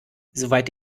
soweit